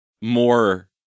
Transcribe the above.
more